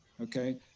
okay